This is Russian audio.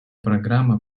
программа